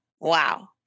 wow